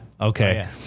Okay